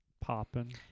popping